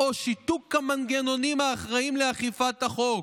או שיתוק המנגנונים האחראיים לאכיפת החוק,